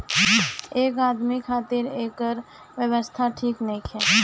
आम आदमी खातिरा एकर व्यवस्था ठीक नईखे